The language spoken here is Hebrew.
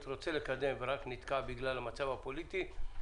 רוצה לקדם ונתקע רק בגלל המצב הפוליטי,